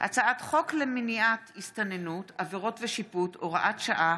הצעת חוק למניעת הסתננות (עבירות ושיפוט) (הוראת שעה,